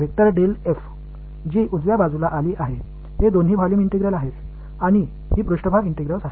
அது வலதுபுறத்தில் உள்ள இரண்டாவது வெளிப்பாடு இது வால்யூம் இன்டெக்ரால்ஸ் மற்றும் இது ஒரு சா்பேஸ்இன்டெக்ரால்ஸ்